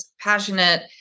passionate